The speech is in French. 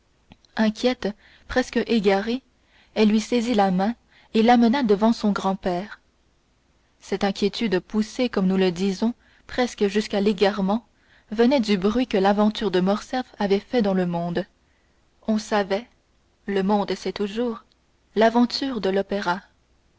inquiète presque égarée elle lui saisit la main et l'amena devant son grand-père cette inquiétude poussée comme nous le disons presque jusqu'à l'égarement venait du bruit que l'aventure de morcerf avait fait dans le monde on savait le monde sait toujours l'aventure de l'opéra